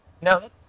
No